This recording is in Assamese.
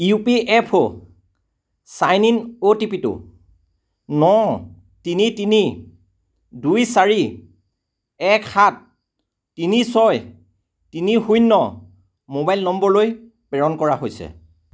ইউ পি এফ অ' চাইন ইন অ'টিপি টো ন তিনি তিনি দুই চাৰি এক সাত তিনি ছয় তিনি শূণ্য় ম'বাইল নম্বৰলৈ প্ৰেৰণ কৰা হৈছে